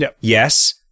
yes